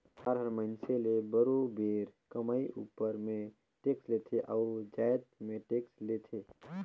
सरकार हर मइनसे ले बरोबेर कमई उपर में टेक्स लेथे अउ जाएत में टेक्स लेथे